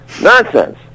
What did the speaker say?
Nonsense